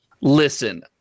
Listen